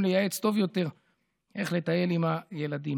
לייעץ טוב יותר איך לטייל עם הילדים.